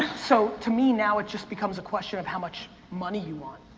so, to me now it just becomes a question of how much money you want.